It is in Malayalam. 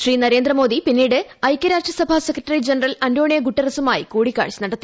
ശ്രീ നരേന്ദ്രമോദി പിന്നീട് ഐക്യരാഷ്ട്രസഭ സെക്രട്ടറി ജനറൽ അന്റോണിയോ ഗുട്ടേഴ്സുമായും കൂടിക്കാഴ്ച നടത്തി